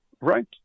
Right